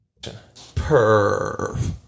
Perf